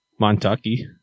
Montucky